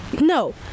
No